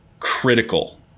critical